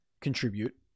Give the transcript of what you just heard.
contribute